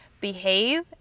behave